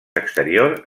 exterior